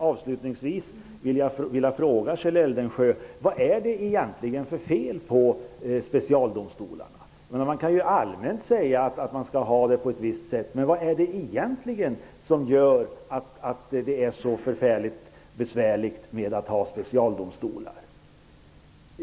Avslutningsvis vill jag fråga Kjell Eldensjö: Vad är det egentligen för fel på specialdomstolarna? Man kan säga allmänt att man skall ha det på ett visst sätt. Men vad är det egentligen som gör att det är så förfärligt besvärligt att ha specialdomstolar?